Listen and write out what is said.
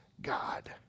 God